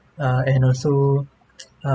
uh and also